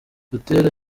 butera